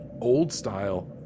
old-style